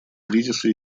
кризиса